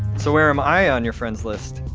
so where am i on your friends list?